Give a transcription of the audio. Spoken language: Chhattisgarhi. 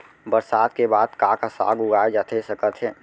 बरसात के बाद का का साग उगाए जाथे सकत हे?